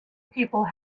people